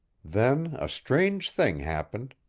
then a strange thing happened.